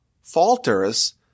falters